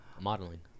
modeling